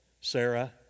Sarah